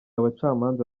abacamanza